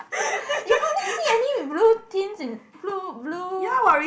you only see any with blue tins and blue blue